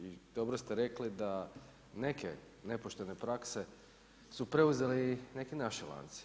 I dobro ste rekli, da neke nepoštene prakse, su preuzele i naši lanci.